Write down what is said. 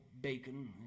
bacon